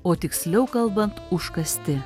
o tiksliau kalbant užkasti